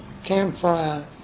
campfire